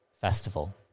festival